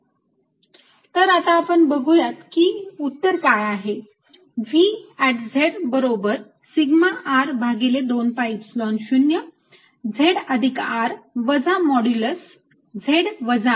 2πz2R2 2zRcosθR220 11dXz2R2 2zRXσR20zzR z R तर आता आपण बघूयात की उत्तर काय आहे V बरोबर सिग्मा R भागिले 2 Epsilon 0 z अधिक R वजा मॉड्यूलस z वजा R